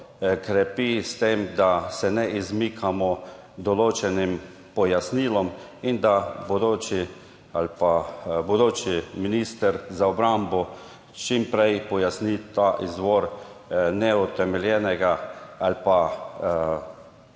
krepi s tem, da se ne izmikamo določenim pojasnilom in da bodoči minister za obrambo čim prej pojasni izvor tega neutemeljenega ali pa večjega